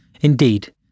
Indeed